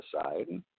aside